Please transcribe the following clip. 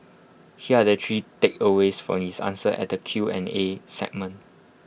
here are the three takeaways from his answers at the Q and A segment